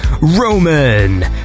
Roman